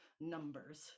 numbers